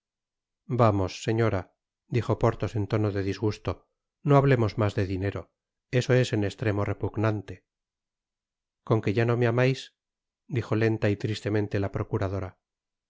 vamos señora dijo porthos en tono de disgusto no hablemos mas de dinero eso es en estremo repugnante con que ya no me amais dijo lenta y tristemente la procuradora